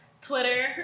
twitter